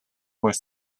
were